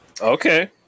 Okay